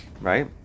right